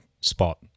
spot